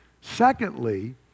Secondly